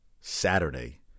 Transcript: Saturday